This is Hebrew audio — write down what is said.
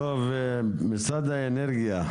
משרד האנרגיה.